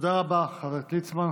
תודה רבה, חבר הכנסת ליצמן.